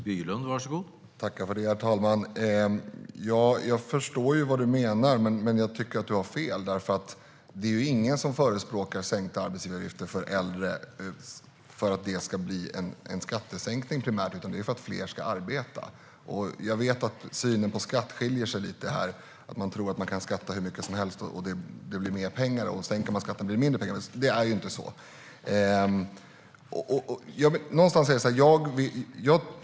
Herr talman! Jag förstår vad du menar, Rickard Persson, men jag tycker att du har fel. Det är ingen som förespråkar sänkta arbetsgivaravgifter för äldre för att det ska bli en skattesänkning primärt, utan det är för att fler ska arbeta. Jag vet att synen på skatt skiljer sig lite. Man tror att om man skattar hur mycket som helst blir det mer pengar, och om man sänker skatten blir det mindre pengar. Men så är det inte.